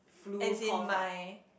as in my